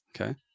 Okay